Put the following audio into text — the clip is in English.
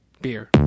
beer